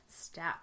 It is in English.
step